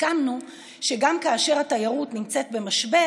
סיכמנו שגם כאשר התיירות נמצאת במשבר